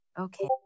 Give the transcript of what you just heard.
Okay